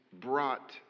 brought